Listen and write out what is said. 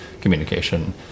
communication